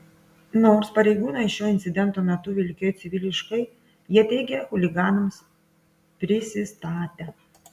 nors pareigūnai šio incidento metu vilkėjo civiliškai jie teigia chuliganams prisistatę